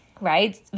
right